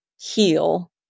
heal